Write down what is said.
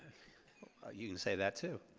you can say that too.